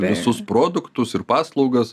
visus produktus ir paslaugas